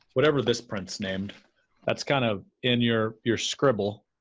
whatever this print's name that's kind of in your your scribble